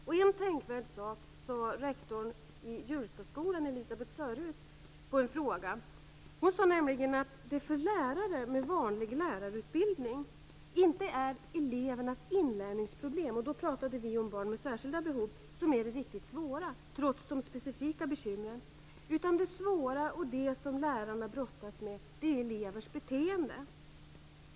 Rektorn i Hjulstaskolan, Elisabeth Sörhuus, sade en tänkvärd sak som svar på en fråga. Hon sade nämligen att det för lärare med vanlig lärarutbildning inte är elevernas inlärningsproblem - och då pratade vi om barn med särskilda behov - som är det riktigt svåra, trots de specifika bekymren. Det svåra och det som lärarna brottas med är elevernas beteende.